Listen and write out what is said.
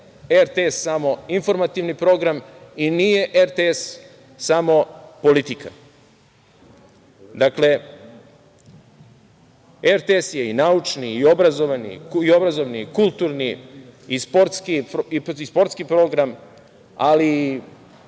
RTS samo informativni program i nije RTS samo politika. Dakle, RTS je i naučni i obrazovni i kulturni i sportski program, ali